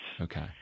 okay